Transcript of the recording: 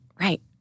right